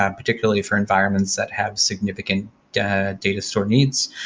um particularly for environments that have significant data store needs.